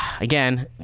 Again